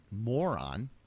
moron